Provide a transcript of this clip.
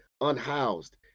unhoused